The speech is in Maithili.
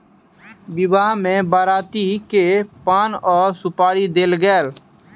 विवाह में बरियाती के पान आ सुपारी देल गेल